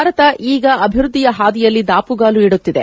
ಭಾರತ ಈಗ ಅಭಿವೃದ್ಧಿಯ ಹಾದಿಯಲ್ಲಿ ದಾಪುಗಾಲು ಇಡುತ್ತಿದೆ